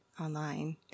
online